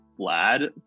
Vlad